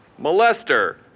molester